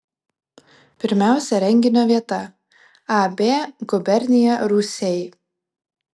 pirmiausia renginio vieta ab gubernija rūsiai